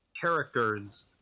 characters